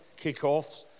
kickoffs